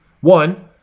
One